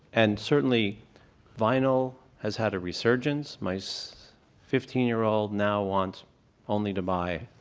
and certainly vinyl has had a resurgence. my so fifteen year old now wants only to buy